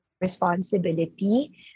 responsibility